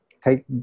Take